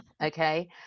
okay